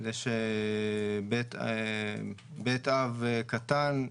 בית אב קטן,